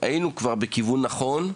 היינו כבר בכיוון הנכון,